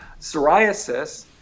psoriasis